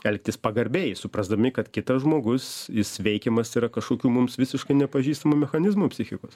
elgtis pagarbiai suprasdami kad kitas žmogus jis veikiamas yra kažkokių mums visiškai nepažįstamu mechanizmu psichikos